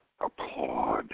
applaud